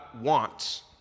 wants